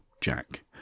Jack